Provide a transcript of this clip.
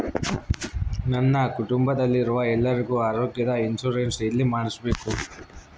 ನನ್ನ ಕುಟುಂಬದಲ್ಲಿರುವ ಎಲ್ಲರಿಗೂ ಆರೋಗ್ಯದ ಇನ್ಶೂರೆನ್ಸ್ ಎಲ್ಲಿ ಮಾಡಿಸಬೇಕು?